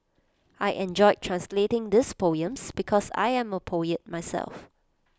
I enjoyed translating those poems because I am A poet myself